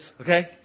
okay